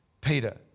Peter